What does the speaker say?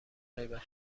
غیبت